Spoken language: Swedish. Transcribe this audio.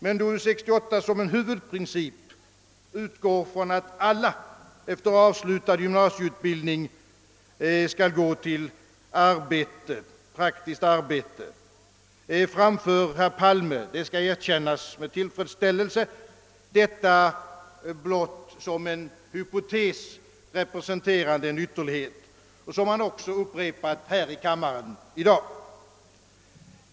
Det förslag, där U 68 såsom huvudprincip har att alla efter avslutad gymnasieutbildning skall gå till praktiskt arbete, framför dock Palme — det skall erkännas med tillfredsställelse — blott som ett hypotetiskt alternativ representerande en ytterlighet, vilket han också upprepat i dag i denna kammare.